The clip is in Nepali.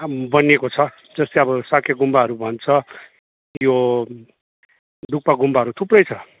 बनिएको छ जस्तै अब साके गुम्बाहरू भन्छ यो डुक्पा गुम्बाहरू थुप्रै छ